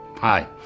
Hi